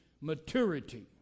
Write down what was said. maturity